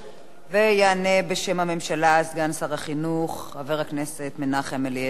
יענה בשם הממשלה סגן שר החינוך חבר הכנסת מנחם אליעזר מוזס.